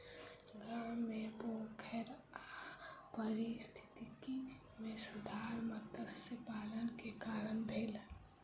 गाम मे पोखैर आ पारिस्थितिकी मे सुधार मत्स्य पालन के कारण भेल